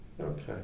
Okay